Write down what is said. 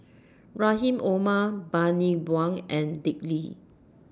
Rahim Omar Bani Buang and Dick Lee